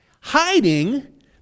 hiding